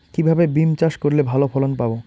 কিভাবে বিম চাষ করলে ভালো ফলন পাব?